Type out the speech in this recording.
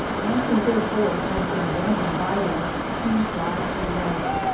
and who, therefore, had been abandoned by them, to die alone.